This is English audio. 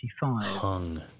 Hung